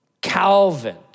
Calvin